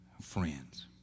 friends